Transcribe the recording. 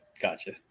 Gotcha